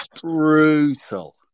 brutal